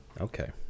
okay